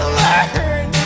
learn